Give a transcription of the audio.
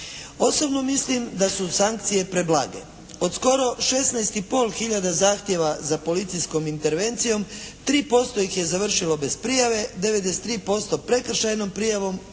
Osobno mislim da su sankcije preblage. Od skoro 16 i pol hiljada zahtjeva za policijskom intervencijom 3% ih je završilo bez prijave, 93% prekršajnom prijavom